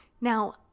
Now